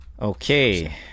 Okay